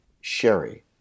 sherry